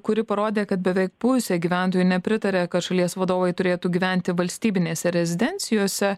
kuri parodė kad beveik pusė gyventojų nepritaria kad šalies vadovai turėtų gyventi valstybinėse rezidencijose